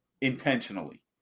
intentionally